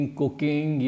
cooking